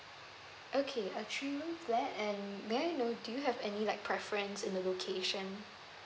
okay a three room flat and may I know do you have any like preference in the location